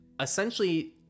essentially